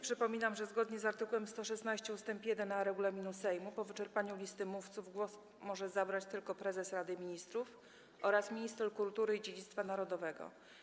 Przypominam, że zgodnie z art. 116 ust. 1a regulaminu Sejmu po wyczerpaniu listy mówców głos może zabrać tylko prezes Rady Ministrów oraz minister kultury i dziedzictwa narodowego.